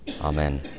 Amen